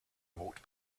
walked